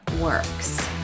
works